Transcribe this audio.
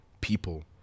people